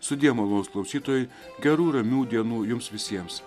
sudie malonūs klausytojai gerų ramių dienų jums visiems